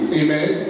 amen